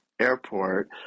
airport